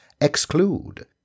exclude